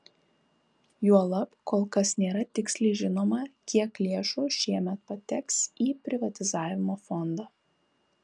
juolab kol kas nėra tiksliai žinoma kiek lėšų šiemet pateks į privatizavimo fondą